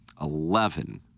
eleven